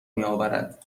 میاورد